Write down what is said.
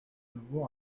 nouveau